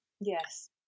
yes